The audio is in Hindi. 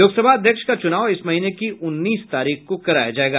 लोकसभा अध्यक्ष का चुनाव इस महीने की उन्नीस तारीख को कराया जाएगा